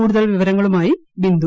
കൂടുതൽ വിവരങ്ങളുമായി ബിന്ദു